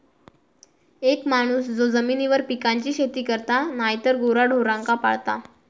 एक माणूस जो जमिनीवर पिकांची शेती करता नायतर गुराढोरांका पाळता